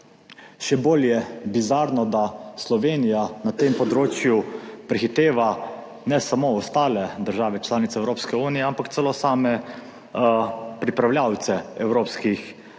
Še bolj je bizarno, da Slovenija na tem področju prehiteva ne samo ostale države članice Evropske unije, ampak celo same pripravljavce evropskih